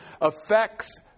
affects